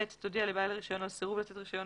תודיע לבעל הרישיון על סירוב לתת רישיון